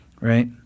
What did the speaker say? right